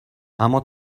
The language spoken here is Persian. اما